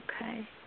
Okay